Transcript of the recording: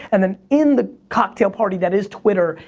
and then in the cocktail party that is twitter,